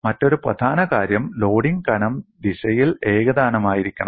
മറ്റൊരു പ്രധാന കാര്യം ലോഡിംഗ് കനം ദിശയിൽ ഏകതാനമായിരിക്കണം